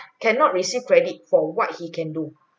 cannot receive credit for what he can do